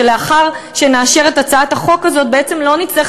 לאחר שנאשר את הצעת החוק הזאת בעצם לא נצטרך